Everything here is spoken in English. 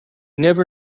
never